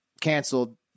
canceled